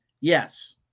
Yes